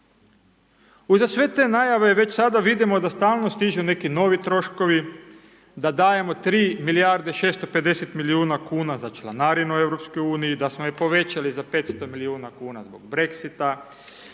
Uza sve te najave već sada vidimo da stalno stižu neki novi troškovi, da dajemo 3 milijarde 650 milijuna kuna za članarinu Europskoj uniji, da smo je povećali za 500 milijuna zbog Brexit-a,